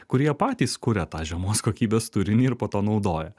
kurie patys kuria tą žemos kokybės turinį ir po to naudoja